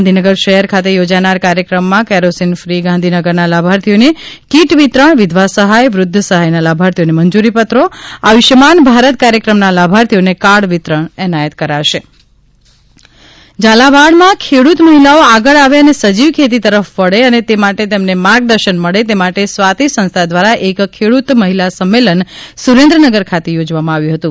ગાંધીનગર શહેર ખાતે યોજાનાર કાર્યક્રમમાં કેરોસીન ફ્રી ગાંધીનગરના લાભાર્થીઓને કીટ વિતરણ વિધવા સહાય વૃદ્ધ સહાયના લાભાર્થીઓને મંજૂરી પત્રો આયુષ્યમાન ભારત કાર્યક્રમના લાભાર્થીઓને કાર્ડ વિતરણ એનાયત કરાશે મહિલા ખેડૂત સંમેલન ઝાલાવાડમાં ખેડૂત મહિલાઓ આગળ આવે અને સજીવ ખેતી તરફ વળે અને તે માટે તેમને માર્ગદર્શન મળે તે માટે સ્વાતિ સંસ્થા દ્વારા એક ખેડૂત મહિલા સંમેલન સુરેન્દ્રનગર ખાતે યોજવામાં આવ્યું હતું